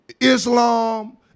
Islam